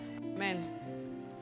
Amen